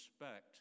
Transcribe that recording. respect